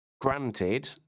Granted